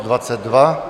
22.